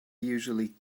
usually